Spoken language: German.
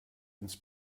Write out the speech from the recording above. ins